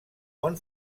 bon